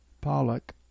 Pollock